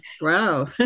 Wow